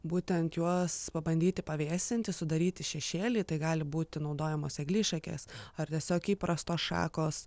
būtent juos pabandyti pavesianti sudaryti šešėlį tai gali būti naudojamos eglišakės ar tiesiog įprastos šakos